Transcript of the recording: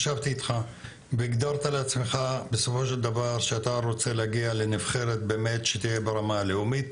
והגדרת לעצמך שאתה רוצה להגיע לנבחרת שתהיה ברמה הלאומית,